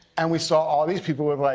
and we saw all these people with like